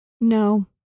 No